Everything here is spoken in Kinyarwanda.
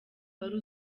wari